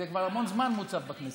זה כבר המון זמן מוצב בכנסת.